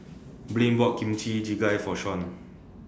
Blaine bought Kimchi Jjigae For Shaun